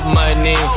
money